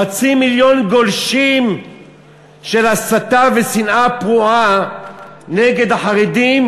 חצי מיליון גולשים של הסתה ושנאה פרועה נגד החרדים,